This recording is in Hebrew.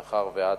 מאחר שאת,